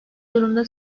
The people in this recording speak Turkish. durumda